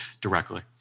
directly